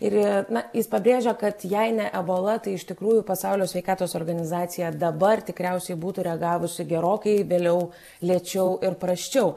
ir na jis pabrėžia kad jei ne ebola tai iš tikrųjų pasaulio sveikatos organizacija dabar tikriausiai būtų reagavusi gerokai vėliau lėčiau ir prasčiau